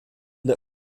der